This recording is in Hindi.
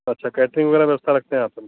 अच्छा कैटरिंग वगैरह के व्यवस्था रखते हैं आप